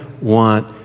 want